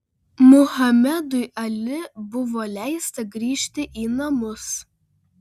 muhamedui ali buvo leista grįžti į namus